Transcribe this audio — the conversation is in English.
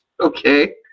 Okay